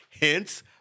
Hence